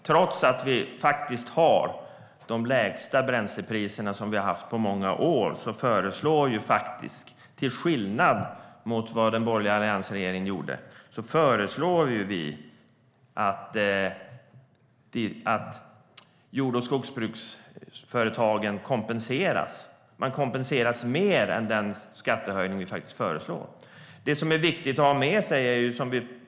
Trots att vi nu har de lägsta bränslepriserna på många år föreslår vi, till skillnad från den borgerliga alliansregeringen, att jord och skogsbruksföretagen kompenseras för den skattehöjning vi föreslår, och kompensationen blir större än skattehöjningen.